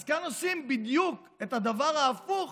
אז כאן עושים בדיוק את הדבר ההפוך,